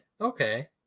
Okay